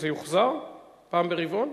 הכסף יוחזר פעם ברבעון?